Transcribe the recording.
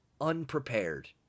unprepared